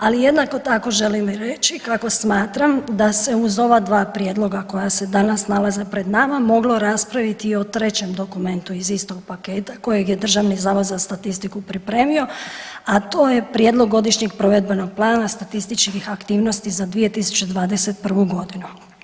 Ali jednako tako želim reći kako smatram da se uz ova dva prijedloga koja se danas nalaze pred nama moglo raspraviti i o trećem dokumentu iz istog paketa kojeg je Državni zavod za statistiku pripremio, a to je prijedlog godišnjeg provedbenog plana statističkih aktivnosti za 2021.g.